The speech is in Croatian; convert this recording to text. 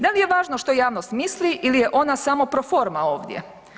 Da li je važno što javnost misli ili je samo proforma ovdje?